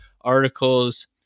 articles